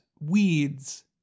weeds